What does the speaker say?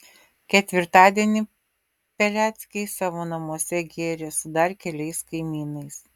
ketvirtadienį peleckiai savo namuose gėrė su dar keliais kaimynais